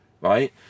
right